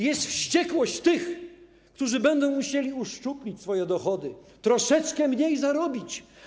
Jest wściekłość tych, którzy będą musieli uszczuplić swoje dochody, troszeczkę mniej zarobić.